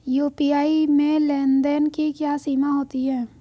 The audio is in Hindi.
यू.पी.आई में लेन देन की क्या सीमा होती है?